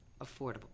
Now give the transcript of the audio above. affordable